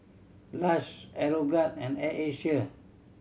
Lush Aeroguard and Air Asia